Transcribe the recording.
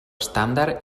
estàndard